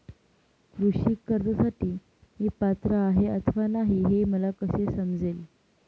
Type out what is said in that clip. कृषी कर्जासाठी मी पात्र आहे अथवा नाही, हे मला कसे समजेल?